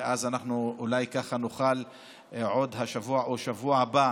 ואז אולי ככה נוכל עוד השבוע או בשבוע הבא